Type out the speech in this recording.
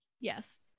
Yes